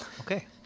Okay